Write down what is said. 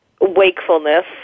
wakefulness